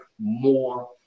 more